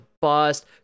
bust